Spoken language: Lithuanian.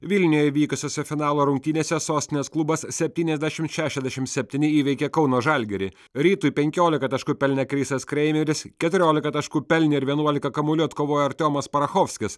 vilniuje vykusiose finalo rungtynėse sostinės klubas septyniasdešimt šešiasdešimt septyni įveikė kauno žalgirį rytui penkiolika taškų pelnė krisas kreimeris keturiolika taškų pelnė ir vienuolika kamuolių atkovojo artiomas parachovskis